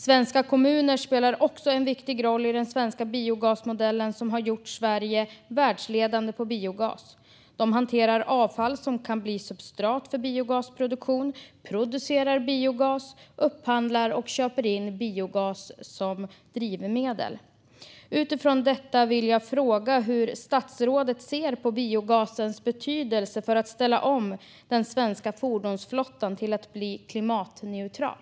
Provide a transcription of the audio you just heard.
Svenska kommuner spelar också en viktig roll i den svenska biogasmodellen, som har gjort Sverige världsledande på biogas. De hanterar avfall som kan bli substrat för biogasproduktion, producerar biogas samt upphandlar och köper in biogas som drivmedel. Utifrån detta vill jag fråga hur statsrådet ser på biogasens betydelse för att ställa om den svenska fordonsflottan till att bli klimatneutral.